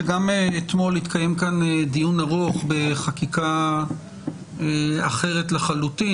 שגם אתמול התקיים כאן דיון ארוך בחקיקה אחרת לחלוטין,